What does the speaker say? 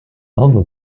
other